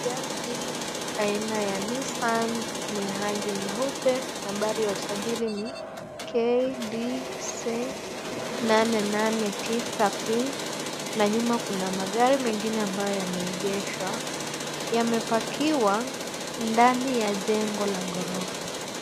Gari hili aina ya Nissan ni rangi nyeupe. Nambari ya usajili ni KBC 889 P na nyuma kuna magari mengine ambayo yameegeshwa. Yamepakizwa ndani ya jengo la ghorofa.